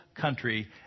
country